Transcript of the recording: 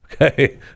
Okay